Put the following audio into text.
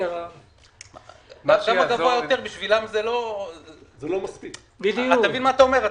אתה מבין מה אתה אומר,